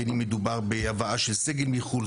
בין אם מדובר בהבאה של סגל מחו"ל,